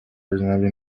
originally